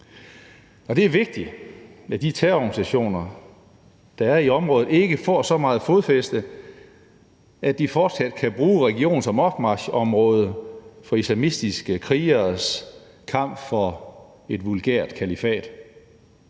det er vigtigt, at de terrororganisationer, der er i området, ikke får så meget fodfæste, at de fortsat kan bruge regionen som opmarchområde for islamistiske krigeres kamp for et vulgært kalifat.